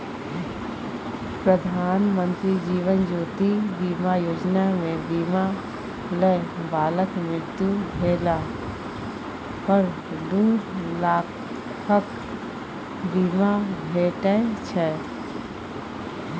प्रधानमंत्री जीबन ज्योति बीमा योजना मे बीमा लय बलाक मृत्यु भेला पर दु लाखक बीमा भेटै छै